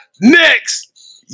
next